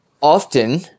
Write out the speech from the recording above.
often